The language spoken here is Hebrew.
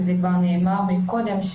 וזה נאמר כבר קודם,